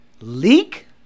leak